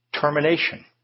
Termination